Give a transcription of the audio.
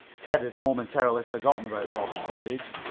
ted had momentarily forgotten about bob's voyage.